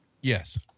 Yes